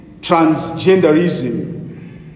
transgenderism